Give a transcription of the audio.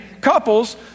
couples